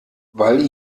weil